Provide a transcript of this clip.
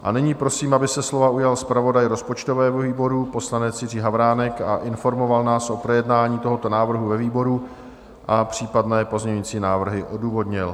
A nyní prosím, aby se slova ujal zpravodaj rozpočtového výboru poslanec Jiří Havránek a informoval nás o projednání tohoto návrhu ve výboru a případné pozměňovací návrhy odůvodnil.